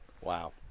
Wow